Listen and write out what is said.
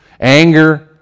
anger